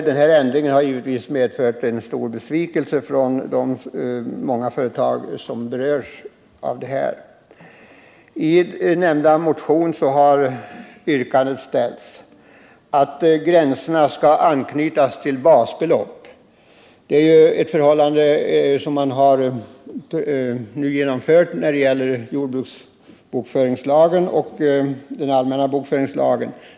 Denna ändring har givetvis inneburit en stor besvikelse för de företag som berörs. I den nämnda motionen har det yrkats att gränserna skall anknytas till basbelopp, vilket har genomförts när det gäller jordbruksbokföringslagen och den allmänna bokföringslagen.